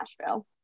Nashville